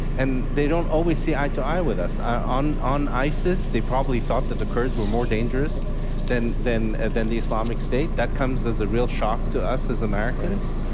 and they don't always see eye-to-eye with us. on on isis, they probably thought that the kurds were more dangerous than than and the islamic state. that comes as a real shock to us as americans.